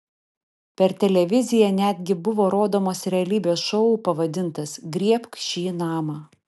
per televiziją netgi buvo rodomas realybės šou pavadintas griebk šį namą